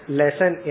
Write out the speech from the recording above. lesson